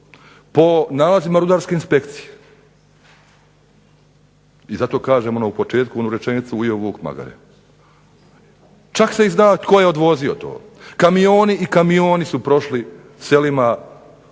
po nalazima rudarske inspekcije. I zato kažem ono u početku onu rečenicu ujeo vuk magare. Čak se i zna tko je odvozio to, kamioni i kamioni su prošli selima